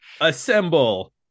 Assemble